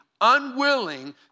unwilling